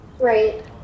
Right